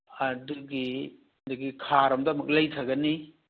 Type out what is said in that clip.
ꯑꯗꯨꯒꯤꯗꯨꯒꯤ ꯈꯥꯔꯣꯝꯗ ꯂꯩꯊꯒꯅꯤ